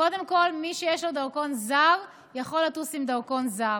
קודם כול מי שיש לו דרכון זר יכול לטוס עם דרכון זר,